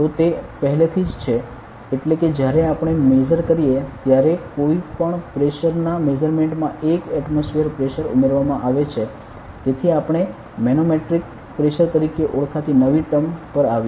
તો તે પહેલેથી જ છે અટ્લે કે જ્યારે આપણે મેઝર કરીએ ત્યારે કોઈપણ પ્રેશર ના મેઝરમેંટ્મા 1 એટમોસફીયર પ્રેશર ઉમેરવામાં આવે છે તેથી આપણે મેનોમેટ્રિક પ્રેશર તરીકે ઓળખાતી નવી ટર્મ પર આવ્યા